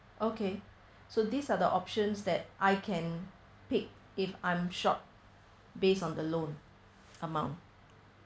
okay so these are the options that I can pick if I'm short based on the loan amount